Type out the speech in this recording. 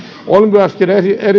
on myöskin